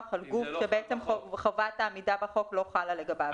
על גוף שבעצם חובת העמידה בחוק לא חלה לגביו.